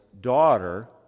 daughter